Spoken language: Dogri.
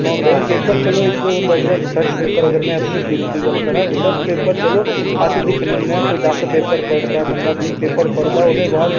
जेहकियां अज्ज इलैकशनें बिच बी हैन डीडीसी बी हैन बीडीसी बी हैन औऱ साढ़ियां पैहलें ओह् हा कि जमम्ू कशमीर बिच लेडिज बाहर नेईं ही आंदियां